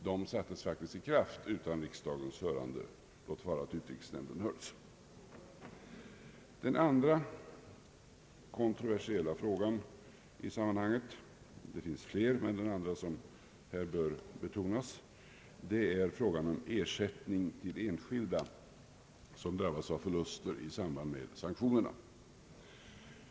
De sattes faktiskt i kraft utan riksdagens hörande, låt vara att utrikesnämnden hördes. Den andra kontroversiella frågan i sammanhanget — det finns fler, men den andra som här betonas är frågan om ersättning till enskilda som drabbas av förluster i samband med sanktionerna.